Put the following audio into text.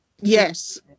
Yes